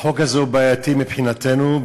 החוק הזה בעייתי מבחינתנו,